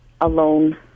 alone